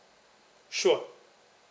sure